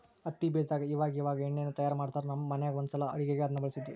ಹತ್ತಿ ಬೀಜದಾಗ ಇವಇವಾಗ ಎಣ್ಣೆಯನ್ನು ತಯಾರ ಮಾಡ್ತರಾ, ನಮ್ಮ ಮನೆಗ ಒಂದ್ಸಲ ಅಡುಗೆಗೆ ಅದನ್ನ ಬಳಸಿದ್ವಿ